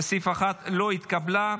לסעיף 1, לא התקבלה.